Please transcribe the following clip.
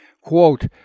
Quote